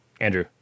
Andrew